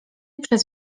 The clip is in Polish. przez